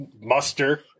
muster